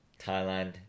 Thailand